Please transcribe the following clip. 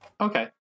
Okay